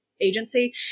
agency